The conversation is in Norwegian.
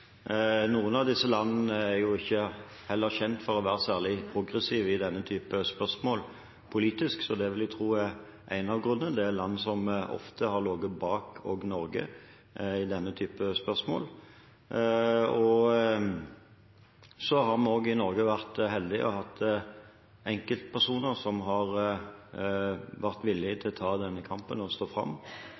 Noen av disse landene er jo heller ikke kjent for å være særlig progressive politisk i denne typen spørsmål, så det vil jeg tro er en av grunnene. Det er land som ofte har ligget bak Norge også i denne type spørsmål. Vi har i Norge vært heldige og hatt enkeltpersoner som har vært villige til å ta denne kampen og stå fram,